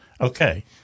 Okay